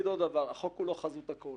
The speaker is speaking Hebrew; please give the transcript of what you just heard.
דבר נוסף, החוק הוא לא חזות הכול.